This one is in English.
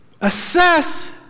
assess